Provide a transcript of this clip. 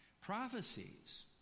Prophecies